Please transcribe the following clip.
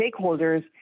stakeholders